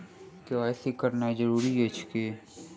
KYC करानाइ जरूरी अछि की?